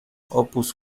opus